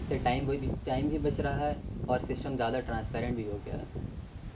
اس سے time time بھی بچ رہا ہے اور سسٹم زیادہ ٹرانسپیرنٹ بھی ہو گیا ہے